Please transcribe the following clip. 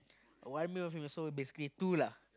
one male one female so basically two lah